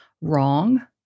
wrong